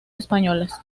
españolas